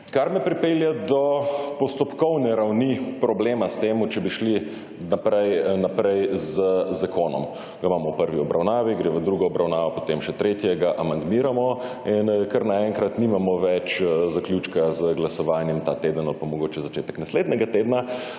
Kar me pripelje do postopkovne ravni problema s tem, če bi šli naprej z zakonom. Ga imamo v prvi obravnavi, gre v drugo obravnavo, potem še tretjo, amandmiramo in kar naenkrat nimamo več zaključka z glasovanjem ta teden ali pa mogoče začetek naslednjega tedna,